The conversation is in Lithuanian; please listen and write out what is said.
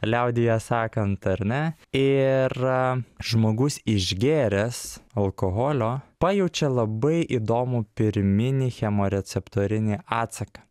liaudyje sakant ar ne ir žmogus išgėręs alkoholio pajaučia labai įdomų pirminį chemoreceptorinį atsaką